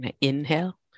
Inhale